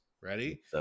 Ready